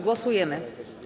Głosujemy.